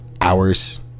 hours